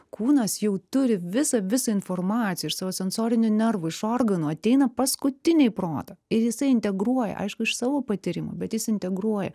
kūnas jau turi visą visą informaciją iš savo sensorinių nervų iš organų ateina paskutiniai į protą ir jisai integruoja aišku iš savo patyrimo bet jis integruoja